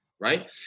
Right